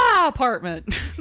apartment